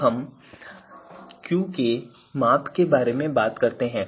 अब हम Qk माप के बारे में बात करते हैं